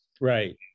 Right